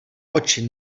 oči